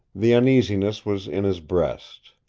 the uneasiness was in his breast.